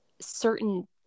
certain